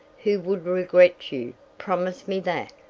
who would regret you promise me that.